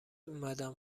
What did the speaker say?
اومدم